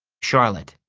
charlotte.